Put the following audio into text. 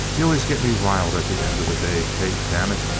you always get me riled at the end of the day, kate. damn it!